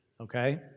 Okay